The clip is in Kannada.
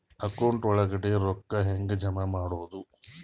ಅಕೌಂಟ್ ಒಳಗಡೆ ರೊಕ್ಕ ಹೆಂಗ್ ಜಮಾ ಮಾಡುದು?